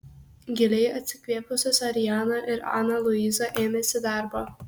giliai atsikvėpusios ariana ir ana luiza ėmėsi darbo